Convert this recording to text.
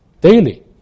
Daily